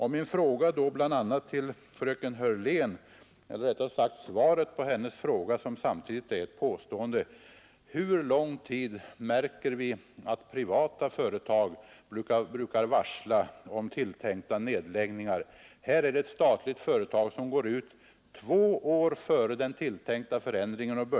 Mitt svar på fröken Hörléns fråga, som samtidigt är ett påstående, blir en motfråga: Hur lång tid i förväg brukar privata företag varsla om tilltänkta nedläggningar? Här börjar ett statligt företag informera personalen två år före den tilltänkta förändringen.